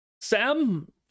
Sam